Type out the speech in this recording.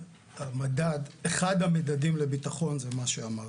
אחד המדדים לביטחון זה מה שאמרתי.